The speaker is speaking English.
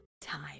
time